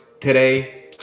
today